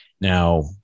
Now